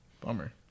Bummer